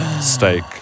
steak